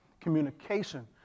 Communication